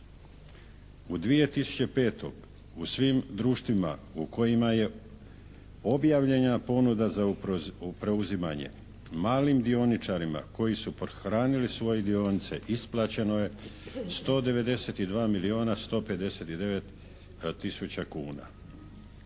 U 2005. u svim društvima u kojima je objavljena ponuda za preuzimanje malim dioničarima koji su pohranili svoje dionice, isplaćeno je 192 milijuna 159 tisuća kuna.